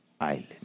island